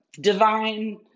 divine